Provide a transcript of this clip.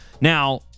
Now